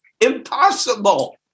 Impossible